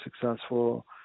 successful